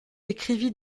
écrivit